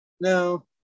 No